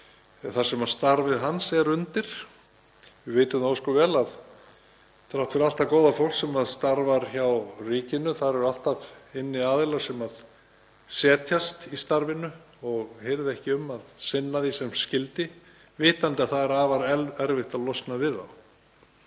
þar sem starfið hans er undir. Við vitum ósköp vel að þrátt fyrir allt það góða fólk sem starfar hjá ríkinu eru alltaf aðilar sem setjast í starfinu og hirða ekki um að sinna því sem skyldi, vitandi að það er afar erfitt að losna við þá.